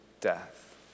death